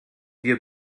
wir